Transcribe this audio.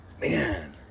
man